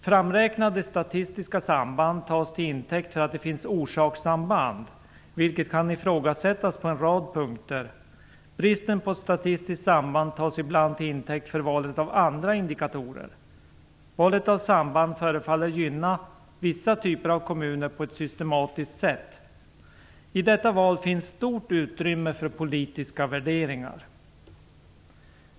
Framräknade statistiska samband tas till intäkt för att det finns orsakssamband, vilket kan ifrågasättas på en rad punkter. Bristen på statistiskt samband tas ibland till intäkt för valet av andra indikatorer. Valet av samband förefaller gynna vissa typer av kommuner på ett systematiskt sätt. I detta val finns stort utrymme för politiska värderingar.